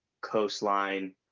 coastline